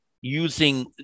using